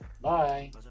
Bye